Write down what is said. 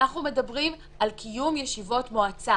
אנחנו מדברים על קיום ישיבות מועצה